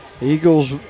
Eagles